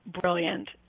brilliant